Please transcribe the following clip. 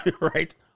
right